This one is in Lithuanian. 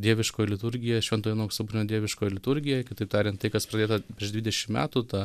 dieviškoji liturgija švento jono auksaburnio dieviškoji liturgija kitaip tariant tai kas pradėta prieš dvidešim metų ta